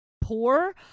poor